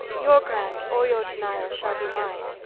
your graunt, or your denyall, shall be mine.